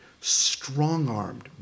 strong-armed